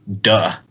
Duh